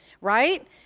right